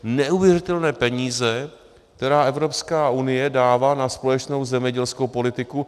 Neuvěřitelné peníze, které Evropská unie dává na společnou zemědělskou politiku.